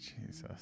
Jesus